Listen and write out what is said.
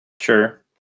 Sure